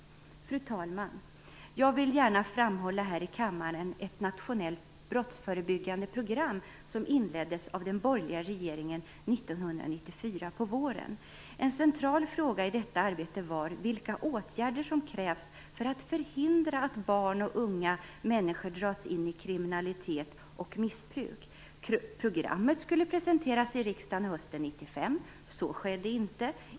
Fru talman! Jag vill gärna här i kammaren framhålla ett nationellt brottsförebyggande program som inleddes av den borgerliga regeringen våren 1994. En central fråga i detta arbete var vilka åtgärder som krävs för att förhindra att barn och unga människor dras in i kriminalitet och missbruk. Programmet skulle presenteras i riksdagen hösten 1995. Så skedde inte.